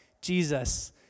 Jesus